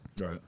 right